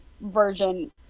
version